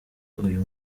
uyu